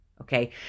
okay